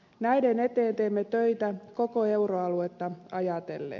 näiden asioiden eteen teemme töitä koko euroaluetta ajatellen